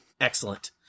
Excellent